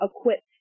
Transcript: equipped